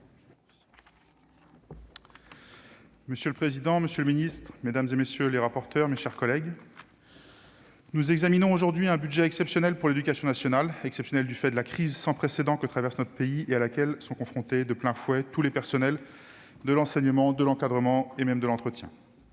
Monsieur le président, monsieur le ministre, mes chers collègues, nous examinons aujourd'hui un budget exceptionnel pour l'éducation nationale ; exceptionnel, du fait de la crise sans précédent que traverse notre pays et à laquelle sont confrontés de plein fouet tous les personnels de l'enseignement, de l'encadrement et même de l'entretien.